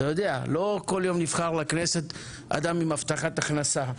אתה יודע לא כל יום נבחר לכנסת אדם עם הבטחת הכנסה,